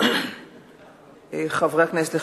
חברי הכנסת,